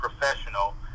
professional